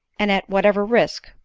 and at whatever risk,